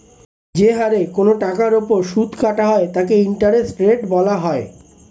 যে হারে কোন টাকার উপর সুদ কাটা হয় তাকে ইন্টারেস্ট রেট বলা হয়